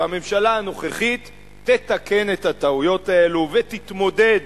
והממשלה הנוכחית תתקן את הטעויות האלה ותתמודד